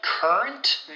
Current